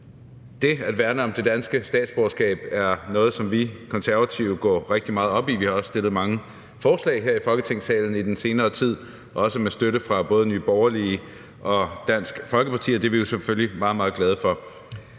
Det at værne om det danske statsborgerskab er noget, som vi Konservative går rigtig meget op i. Vi har også stillet mange forslag her i Folketingssalen i den senere tid, også med støtte fra både Nye Borgerlige og Dansk Folkeparti, og det er vi jo selvfølgelig meget, meget glade for.